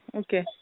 okay